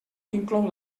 inclou